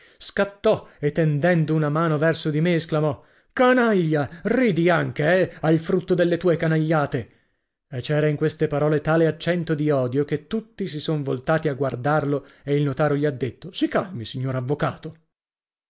scattò e tendendo una mano verso di me esclamò canaglia ridi anche eh al frutto delle tue canagliate e c'era in queste parole tale accento di odio che tutti si son voltati a guardarlo e il notaro gli ha detto sì calmi signor avvocato